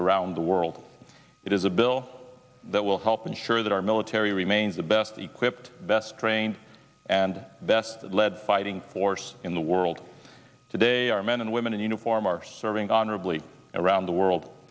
around the world it is a bill that will help ensure that our military remains the best equipped best trained and best led fighting force in the world today our men and women in uniform are serving honorably around the world